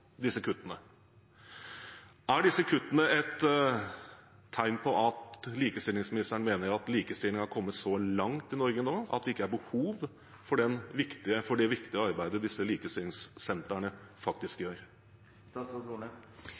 disse kuttene. Er disse kuttene et tegn på at likestillingsministeren mener at likestillingen er kommet så langt i Norge nå at det ikke er behov for det viktige arbeidet disse likestillingssentrene faktisk